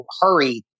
hurry